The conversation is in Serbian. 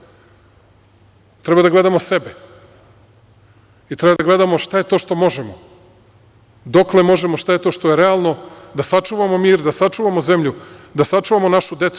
Treba da gledamo sebe i treba da gledamo šta je to što možemo, dokle možemo, šta je to što je realno da sačuvamo mir, da sačuvamo zemlju, da sačuvamo našu decu.